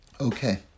Okay